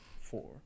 four